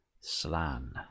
Slan